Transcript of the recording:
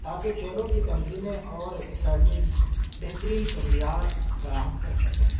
تاکہ کھیلوں کی تنظیمیں اور اکیڈمیز بہترین سہولیات فراہم کر سکیں